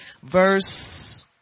Verse